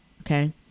Okay